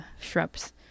shrubs